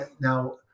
now